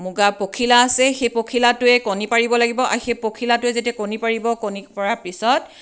মুগা পখিলা আছে সেই পখিলাটোৱে কণী পাৰিব লাগিব আৰু সেই পখিলাটোৱে যেতিয়া কণী পাৰিব কণী পৰাৰ পিছত